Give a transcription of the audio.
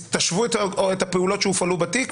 תשוו את הפעולות שהופעלו בתיק,